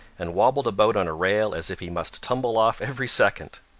and wobbled about on a rail as if he must tumble off every second.